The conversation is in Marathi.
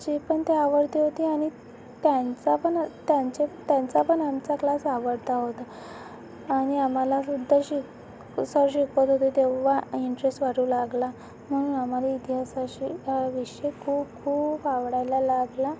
चेपण ते आवडते होते आणि त्यांचापण त्यांचे त्यांचापण आमचा क्लास आवडता होता आणि आम्हाला सुद्धा शिकव सर शिकवत होते तेव्हा इंट्रेस वाटू लागला म्हणून आम्हाला इतिहासाशी हा विषय खूप खूप आवडायला लागला